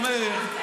מי שלח כסף לחמאס?